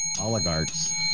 oligarchs